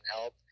help